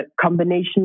combination